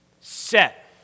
set